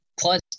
Plus